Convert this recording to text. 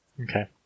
Okay